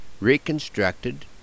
reconstructed